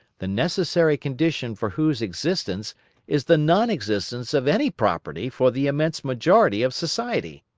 the necessary condition for whose existence is the non-existence of any property for the immense majority of society.